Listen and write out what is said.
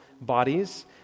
bodies